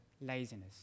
laziness